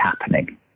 happening